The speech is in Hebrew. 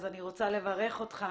אני רוצה לברך אותך